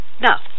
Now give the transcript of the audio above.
Now